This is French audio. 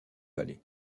vallée